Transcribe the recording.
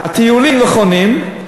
הטיעונים נכונים,